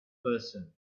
person